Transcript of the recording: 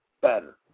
better